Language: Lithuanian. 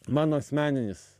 mano asmeninis